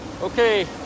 Okay